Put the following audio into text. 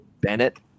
Bennett